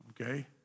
okay